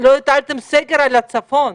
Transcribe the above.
לא הטלתם סגר על הצפון.